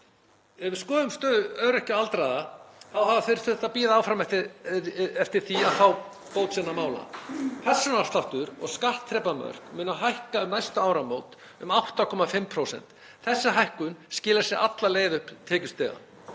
Ef við skoðum stöðu öryrkja og aldraða þá hafa þeir þurft að bíða áfram eftir því að fá bót sinna mála. Persónuafsláttur og skattþrepamörk munu hækka um næstu áramót um 8,5%. Þessi hækkun skilar sér alla leið upp tekjustigann.